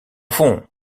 fond